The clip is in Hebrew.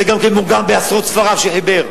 זה גם מודגם בעשרות ספריו שחיבר.